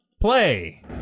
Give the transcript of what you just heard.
play